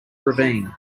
ravine